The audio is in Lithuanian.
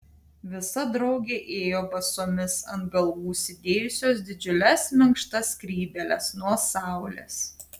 visa draugė ėjo basomis ant galvų užsidėjusios didžiules minkštas skrybėles nuo saulės